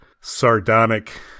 sardonic